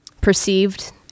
perceived